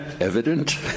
evident